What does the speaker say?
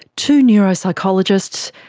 two neuropsychologists,